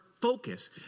focus